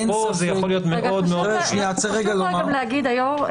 פה זה יכול להיות מאוד מאוד --- חשוב גם להגיד אדוני היושב-ראש,